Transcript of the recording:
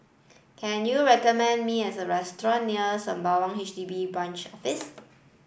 can you recommend me a restaurant near Sembawang H D B Branch Office